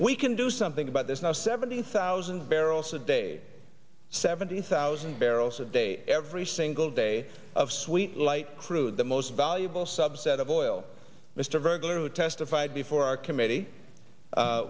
we can do something about this now seventy thousand barrels a day seventy thousand barrels a day every single day of sweet light crude the most valuable subset of oil mr burglar who testified before our committee